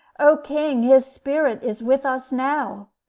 o king, his spirit is with us now!